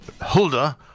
Hulda